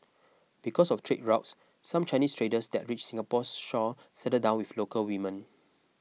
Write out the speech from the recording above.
because of trade routes some Chinese traders that reached Singapore's shores settled down with local women